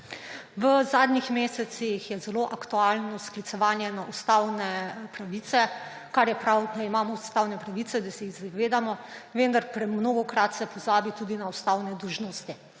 V zadnjih mesecih je zelo aktualno sklicevanje na ustavne pravice, kar je prav, da imamo ustavne pravice, da se jih zavedamo, vendar mnogokrat se pozabi tudi na ustavne dolžnosti.